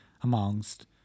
amongst